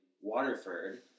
Waterford